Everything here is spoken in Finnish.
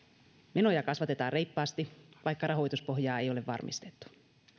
menoja kasvatetaan reippaasti vaikka rahoituspohjaa ei ole varmistettu